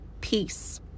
peace